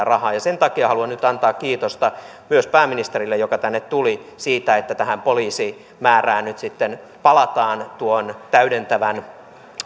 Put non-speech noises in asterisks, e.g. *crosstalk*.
*unintelligible* rahaa ja sen takia haluan nyt antaa kiitosta myös pääministerille joka tänne tuli siitä että tähän poliisimäärään nyt sitten palataan tuon täydentävän